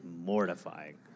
mortifying